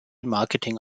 marketing